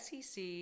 SEC